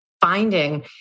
finding